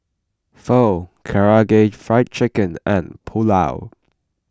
Pho Karaage Fried Chicken and Pulao